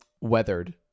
Weathered